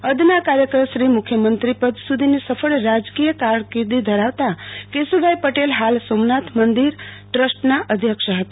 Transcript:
અદના કાર્યકર થી મુખ્યમંત્રી પદ સુધી ની સફળ રાજકીય કારકિર્દી ધરાવતા કેશુભાઈ પટેલ હાલ સોમનાથ મંદિર ટ્રસ્ટ ના અધ્યક્ષ હતા